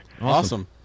Awesome